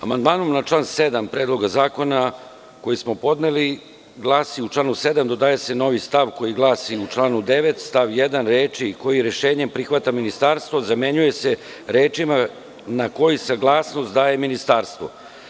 Amandmanom na član 7. Predloga zakona koji smo podneli glasi u članu 7. dodaje se novi stav koji glasi - u članu 9. stav 1. reči koji „rešenje prihvata ministarstvo“ zamenjuje se rečima „na koji saglasnost daje ministarstvo“